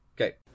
Okay